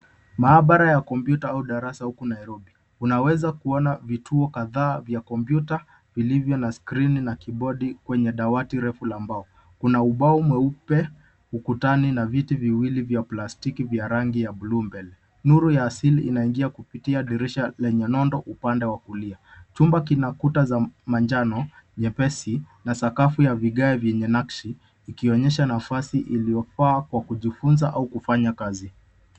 Maabara ya kompyuta au darasa huku Nairobi. Unaweza kuona vituo kadhaa vya kompyuta vilivyo na skrini na kibodi kwenye dawati refu la mbao. Kuna ubao mweupe ukutani na viti viwili vya plastiki vya rangi ya bluu mbele. Nuru ya asili inaingia kupitia dirisha lenye nondo upande wa kulia. Chumba kina kuta za manjano nyepesi na sakafu ya vigae vyenye nakshi ikionyesha nafasi iliyofaa kwa kujifunza au kufanya kazi.